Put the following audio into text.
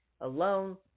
alone